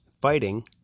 fighting